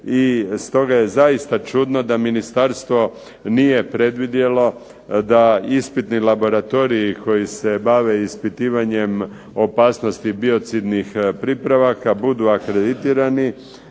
i stoga je zaista čudno da ministarstvo nije predvidjelo da ispitni laboratoriji koji se bave ispitivanjem opasnosti biocidnih pripravaka budu akreditirani